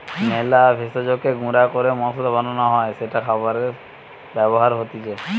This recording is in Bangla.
মেলা ভেষজকে গুঁড়া ক্যরে মসলা বানান হ্যয় যেটা খাবারে ব্যবহার হতিছে